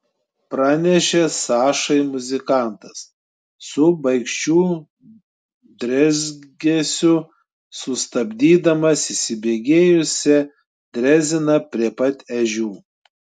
pranešė sašai muzikantas su baikščių džeržgesiu sustabdydamas įsibėgėjusią dreziną prie pat ežių